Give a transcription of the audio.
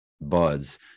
buds